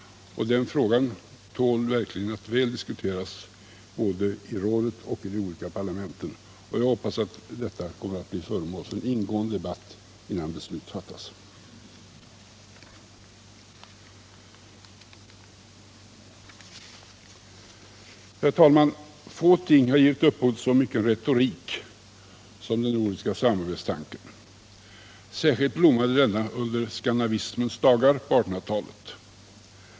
Det här tål verkligen att väl diskuteras både i rådet och i de olika parlamenten. Jag hoppas att detta projekt kommer att bli föremål för en ingående debatt, innan beslut fattas. Herr talman! Få ting har givit upphov till så mycken retorik som den nordiska samarbetstanken. Särskilt blommade denna under skandinavismens dagar på 1800-talet.